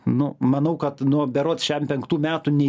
nu manau kad nuo berods šem penktų metų nei